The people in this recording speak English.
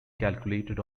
calculated